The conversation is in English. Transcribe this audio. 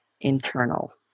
internal